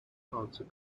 answer